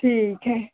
ठीक है